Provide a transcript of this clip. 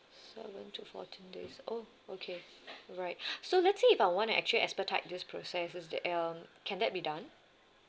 seven to fourteen days oh okay alright so let's say if I want actually expedite this process is that um can that be done